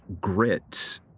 grit